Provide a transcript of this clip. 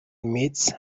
meets